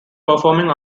performing